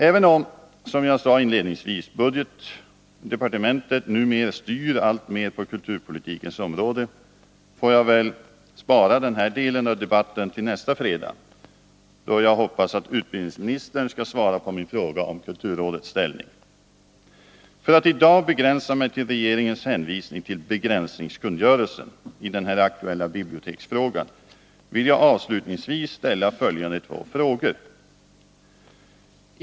Även om, som jag inledningsvis sade, budgetdepartementet numera styr alltmer på kulturpolitikens område, får jag väl spara den här delen av debatten till nästa fredag, då jag hoppas att utbildningsministern skall svara på min fråga om kulturrådets ställning. I dag vill jag endast ta upp regeringens hänvisning till begränsningskungörelsen i den här aktuella biblioteksfrågan och avslutningsvis ställa följande två frågor: 1.